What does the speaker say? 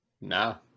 no